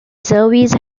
service